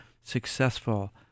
successful